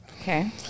Okay